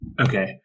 Okay